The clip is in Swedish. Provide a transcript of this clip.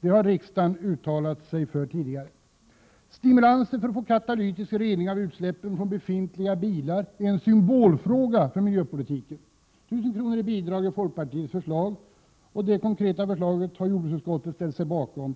Detta har riksdagen uttalat sig för tidigare. Stimulanser för att få katalytisk rening av utsläppen från befintliga bilar är en symbolfråga för miljöpolitiken. 1 000 kr. i bidrag är folkpartiets förslag, och det konkreta förslaget har jordbruksutskottet ställt sig bakom.